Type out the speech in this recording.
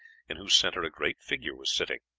in whose center a great figure was sitting.